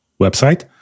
website